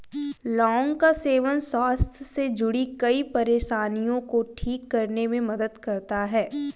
लौंग का सेवन स्वास्थ्य से जुड़ीं कई परेशानियों को ठीक करने में मदद करता है